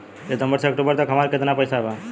सितंबर से अक्टूबर तक हमार कितना पैसा बा?